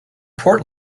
port